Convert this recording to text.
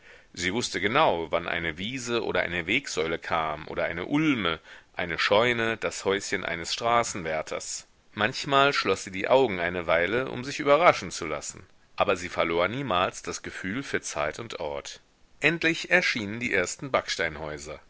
sie wußte genau wann eine wiese oder eine wegsäule kam oder eine ulme eine scheune das häuschen eines straßenwärters manchmal schloß sie die augen eine weile um sich überraschen zu lassen aber sie verlor niemals das gefühl für zeit und ort endlich erschienen die ersten